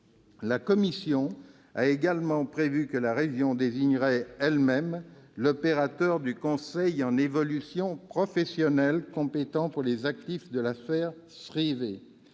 Nous avons également prévu que la région désignerait elle-même l'opérateur du conseil en évolution professionnelle compétent pour les actifs de la sphère privée.